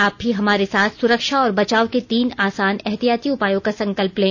आप भी हमारे साथ सुरक्षा और बचाव के तीन आसान एहतियाती उपायों का संकल्प लें